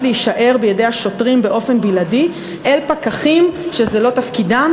להישאר בידי השוטרים באופן בלעדי אל פקחים שזה לא תפקידם.